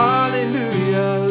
Hallelujah